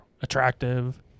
attractive